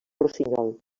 rossinyol